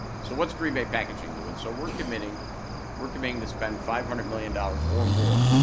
so what's green bay packaging doing? so we're committing we're committing to spend five hundred million dollars or more